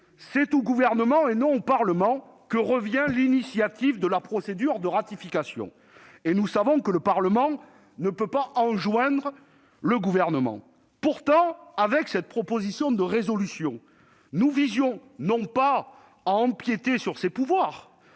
c'est au Gouvernement et non au Parlement que revient l'initiative de la procédure de ratification, et nous savons que le Parlement ne peut pas enjoindre le Gouvernement. Pourtant, avec cette proposition de résolution, nous cherchions non pas à empiéter sur ses pouvoirs,